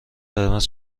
قرمز